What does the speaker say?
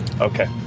Okay